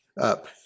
up